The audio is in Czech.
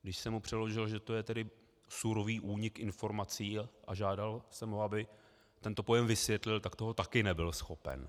Když jsem mu přeložil, že to je tedy surový únik informací, a žádal jsem ho, aby tento pojem vysvětlil, tak toho taky nebyl schopen.